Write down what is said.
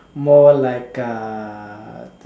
more like uh